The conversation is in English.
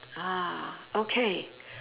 ah okay